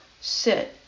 sit